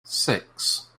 six